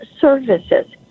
services